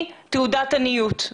היא תעודת עניות.